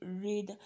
read